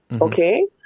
okay